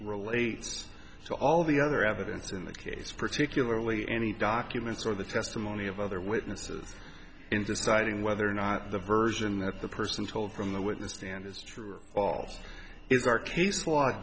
relates to all the other evidence in the case particularly any documents or the testimony of other witnesses in deciding whether or not the version that the person told from the witness stand is true all is our case f